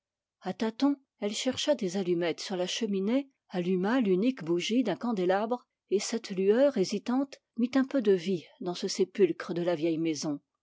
à tâtons elle chercha des allumettes alluma l'unique bougie d'un candélabre et cette lueur hésitante mit un peu de vie dans la vieille maison